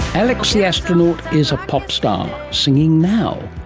alex the astronaut is a pop star, singing now.